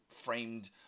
framed